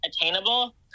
attainable